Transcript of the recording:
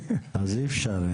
אז אי אפשר,